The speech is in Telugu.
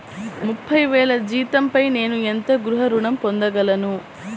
ముప్పై వేల జీతంపై నేను ఎంత గృహ ఋణం పొందగలను?